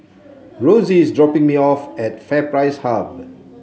Rosey is dropping me off at FairPrice Hub